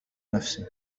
نفسي